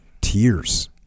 Tears